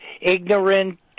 ignorant